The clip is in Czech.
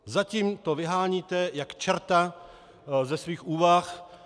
Zatím to vyháníte jak čerta ze svých úvah.